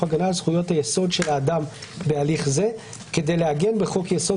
הגנה על זכויות היסוד של האדם בהליך זה כדי לעגן בחוק-יסוד